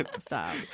stop